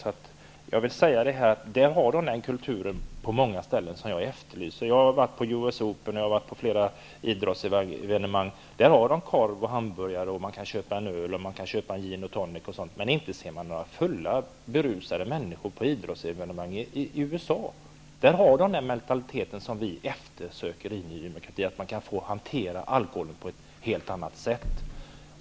Där har de på många ställen den kultur som jag efterlyser. Jag har varit på US Open och på flera andra idrottsevenemang. Där kan man köpa korv och hamburgare, och man kan köpa öl, gin och tonic, osv. Men inte ser vi några berusade människor på idrottsevenemang i USA. Där har man den mentalitet som vi i Ny demokrati efterlyser; man hanterar alkoholen på ett helt annat sätt.